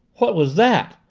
what was that?